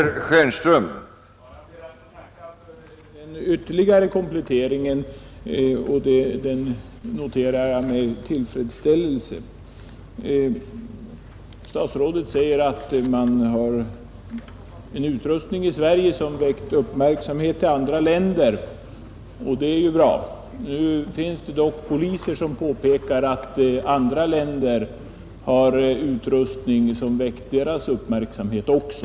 ka villkoren för ; Herr talman! Jag ber att få tacka för den ytterligare kompletteringen tjänstemän I statliga företag och noterar dessa uppgifter med tillfredsställelse. Statsrådet säger att vi har en utrustning i Sverige som väckt uppmärksamhet i andra länder — och det är bra. Det finns dock poliser som påpekat att andra länder har utrustning som väckt deras uppmärksamhet också.